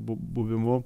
bu buvimu